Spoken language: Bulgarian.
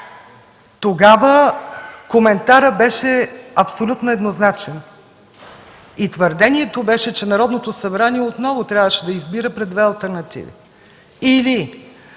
Тогава коментарът беше абсолютно еднозначен и твърдението беше, че Народното събрание отново трябва да избира между две алтернативи